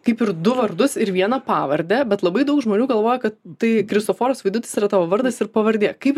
kaip ir du vardus ir vieną pavardę bet labai daug žmonių galvoja kad tai kristoforas vaidutis yra tavo vardas ir pavardė kaip